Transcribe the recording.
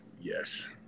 Yes